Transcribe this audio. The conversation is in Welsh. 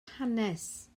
hanes